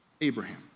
Abraham